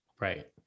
right